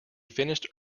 finished